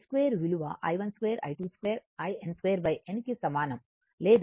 in 2 n కి సమానం లేదా i √i1 2 I2 2